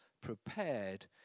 prepared